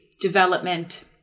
development